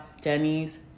Denny's